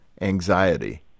anxiety